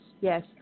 yes